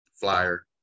flyer